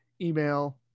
Email